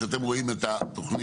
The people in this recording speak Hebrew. כשאתם רואים את התוכנית,